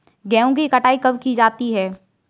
गेहूँ की कटाई कब की जाती है?